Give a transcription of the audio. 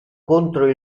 contro